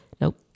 Nope